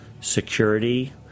security